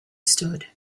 stood